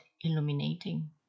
illuminating